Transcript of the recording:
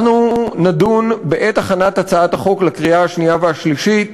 אנחנו נדון בעת הכנת הצעת החוק לקריאה השנייה והשלישית